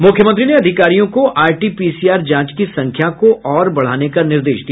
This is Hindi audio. मुख्यमंत्री ने अधिकारियों को आरटीपीसीआर जांच की संख्या को और बढ़ाने का निर्देश दिया